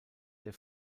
der